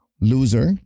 loser